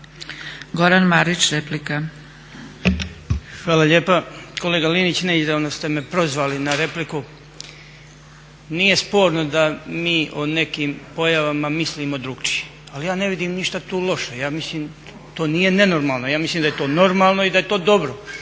Goran (HDZ)** Hvala lijepa. Kolega Linić, neizravno ste me prozvali na repliku. Nije sporno da mi o nekim pojavama mislimo drukčije, ali ja ne vidim ništa tu loše, to nije nenormalno. Ja mislim da to je normalno i da je to dobro.